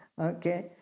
Okay